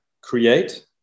create